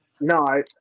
no